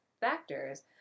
factors